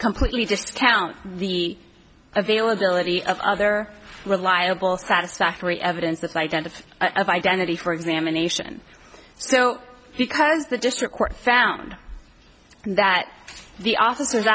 completely discount the availability of other reliable satisfactory evidence that identity of identity for examination so because the district court found that the officers